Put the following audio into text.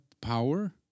power